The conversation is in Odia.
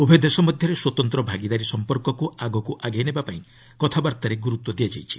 ଉଭୟ ଦେଶ ମଧ୍ୟରେ ସ୍ୱତନ୍ତ୍ର ଭାଗିଦାରୀ ସମ୍ପର୍କକୁ ଆଗକୁ ଆଗେଇ ନେବାପାଇଁ କଥାବାର୍ତ୍ତାରେ ଗୁରୁତ୍ୱ ଦିଆଯାଇଛି